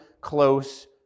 close